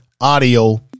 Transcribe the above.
audio